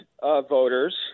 voters